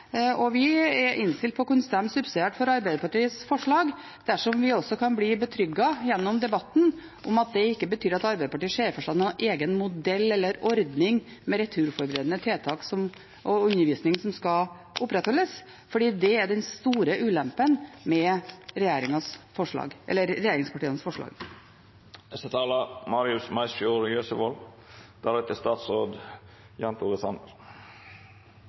Vi er innstilt på å stemme subsidiært for Arbeiderpartiets forslag, dersom vi gjennom debatten kan bli betrygget om at det ikke betyr at Arbeiderpartiet ser for seg noen egen modell eller ordning med returforberedende tiltak og undervisning som skal opprettholdes, for det er den store ulempen med regjeringspartienes forslag.